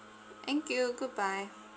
thank you goodbye